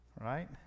right